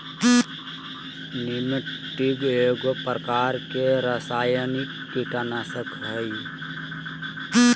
निमेंटीड एगो प्रकार के रासायनिक कीटनाशक हइ